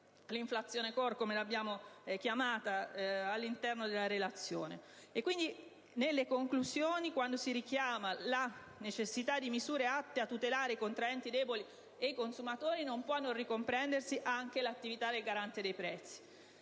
(l'inflazione *core*, come l'abbiamo definita nella relazione). Nelle conclusioni, quando si richiama la necessità di misure atte a tutelare i contraenti deboli e i consumatori, non si può non ricomprendere anche l'attività del Garante dei prezzi.